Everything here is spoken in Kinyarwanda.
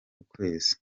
ukwezi